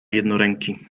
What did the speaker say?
jednoręki